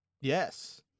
Yes